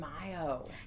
Mayo